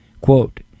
quote